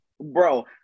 Bro